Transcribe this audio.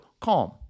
CALM